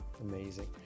Amazing